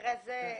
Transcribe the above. במקרה הזה,